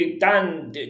Dan